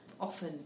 Often